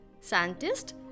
scientist